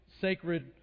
sacred